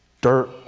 Dirt